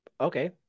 Okay